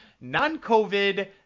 non-COVID